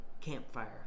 campfire